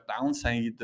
downside